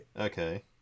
okay